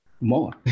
more